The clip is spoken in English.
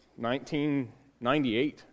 1998